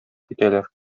китәләр